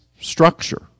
structure